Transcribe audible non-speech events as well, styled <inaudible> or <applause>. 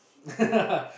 <laughs>